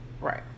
Right